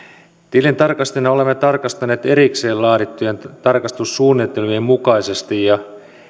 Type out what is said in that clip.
tilintarkastajina olemme tarkastaneet erikseen laadittujen tarkastussuunnitelmien mukaisesti ja